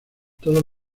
todos